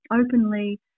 openly